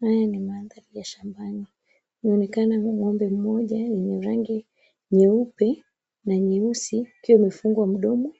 Haya ni mandhari ya shambani. Inaonekana ng'ombe mmoja yenye rangi nyeupe na nyeusi, ikiwa imefungwa mdomo